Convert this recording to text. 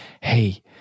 hey